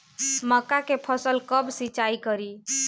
मका के फ़सल कब सिंचाई करी?